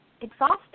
exhausted